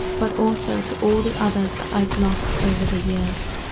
but also to all the others that i've lost over the years.